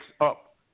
up